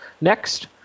next